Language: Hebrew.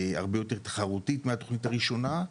הרבה יותר תחרותית מהתוכנית הראשונה.